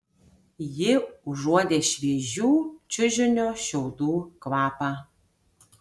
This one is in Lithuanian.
ji užuodė šviežių čiužinio šiaudų kvapą